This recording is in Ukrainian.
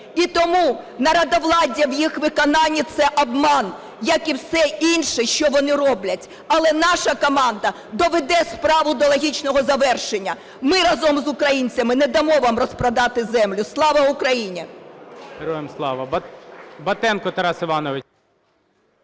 І тому народовладдя в їх виконанні – це обман, як і все інше, що вони роблять. Але наша команда доведе справу до логічного завершення. Ми разом з українцями не дамо вам розпродати землю! Слава Україні!